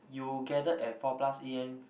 you gathered at four plus a_m